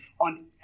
on